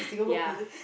ya